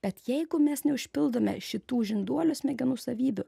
bet jeigu mes neužpildome šitų žinduolių smegenų savybių